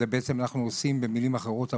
במילים אחרות,